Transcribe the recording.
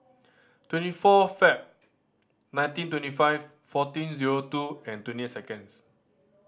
twenty four Feb nineteen twenty five fourteen zero two and twenty eight seconds